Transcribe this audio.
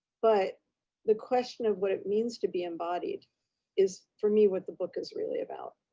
but the question of what it means to be embodied is for me, what the book is really about.